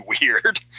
weird